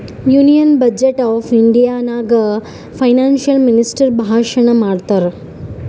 union budget of India ನಾಗ್ financial minister ಭಾಷಣ್ ಮಾಡ್ತಾರ್